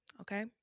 okay